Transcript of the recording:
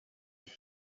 him